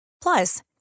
Plus